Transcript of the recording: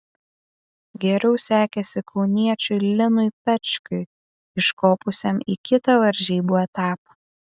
geriau sekėsi kauniečiui linui pečkiui iškopusiam į kitą varžybų etapą